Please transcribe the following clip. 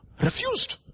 Refused